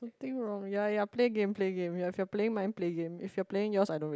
nothing wrong ya ya play game play game if you're playing mine play game if you're playing yours I don't really